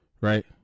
right